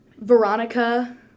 Veronica